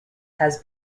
has